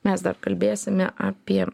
mes dar kalbėsime apie